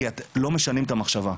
כי לא משנים את המחשבה.